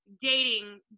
dating